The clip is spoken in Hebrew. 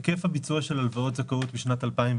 היקף הביצוע של הלוואות זכאות בשנת 2020,